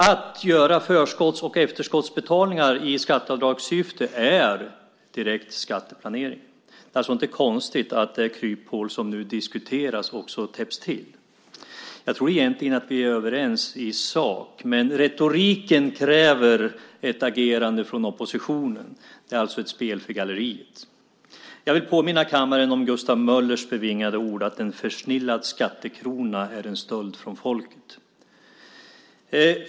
Att göra förskotts och efterskottsbetalningar i skatteavdragssyfte är direkt skatteplanering. Det är alltså inte konstigt att det kryphål som nu diskuteras också täpps till. Jag tror att vi egentligen är överens i sak, men retoriken kräver ett agerande från oppositionen. Det är alltså ett spel för galleriet. Jag vill påminna kammaren om Gustav Möllers bevingade ord att en försnillad skattekrona är en stöld från folket.